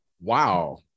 wow